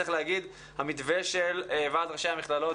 צריך לומר שהמתווה של ועד ראשי המכללות